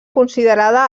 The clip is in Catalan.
considerada